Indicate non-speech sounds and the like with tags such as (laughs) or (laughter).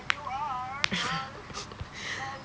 (laughs)